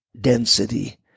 density